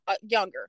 younger